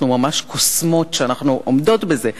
אנחנו ממש קוסמות שאנחנו עומדות בזה.